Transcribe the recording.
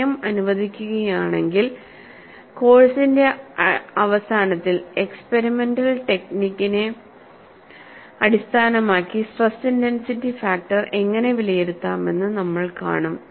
സമയം അനുവദിക്കുകയാണെങ്കിൽ കോഴ്സിന്റെ അവസാനത്തിൽ എക്സ്പെരിമെന്റൽ ടെക്നിക്കിനെ അടിസ്ഥാനമാക്കി സ്ട്രെസ് ഇന്റെൻസിറ്റി ഫാക്ടർ എങ്ങനെ വിലയിരുത്താമെന്ന് നമ്മൾ കാണും